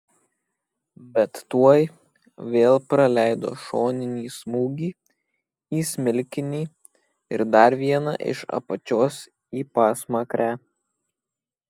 bet tuoj vėl praleido šoninį smūgį į smilkinį ir dar vieną iš apačios į pasmakrę